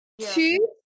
Two